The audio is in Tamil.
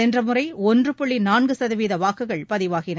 சென்ற முறை ஒன்று புள்ளி நான்கு சதவீத வாக்குகள் பதிவாகின